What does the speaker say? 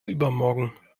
übermorgen